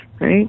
right